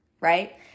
right